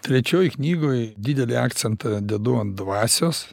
trečioj knygoj didelį akcentą dedu ant dvasios